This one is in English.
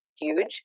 huge